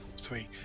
three